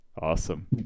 awesome